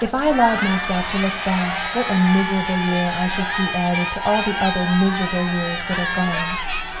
if i allowed myself to look back, what a miserable year i should see added to all the other miserable years that are gone!